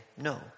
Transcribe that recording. no